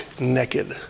naked